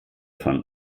von